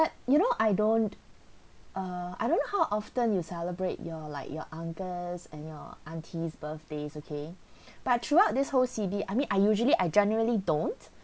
but you know I don't err I don't know how often you celebrate your like your uncles and your aunties birthdays okay about throughout this whole C_B I mean I usually I generally don't